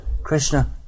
Krishna